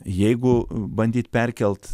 jeigu bandyt perkelt